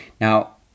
now